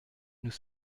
nous